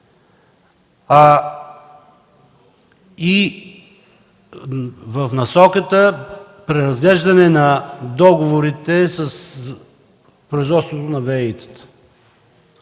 3“, в насоката преразглеждане на договорите с производството на ВЕИ-тата.